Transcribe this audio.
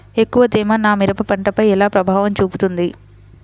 ఎక్కువ తేమ నా మిరప పంటపై ఎలా ప్రభావం చూపుతుంది?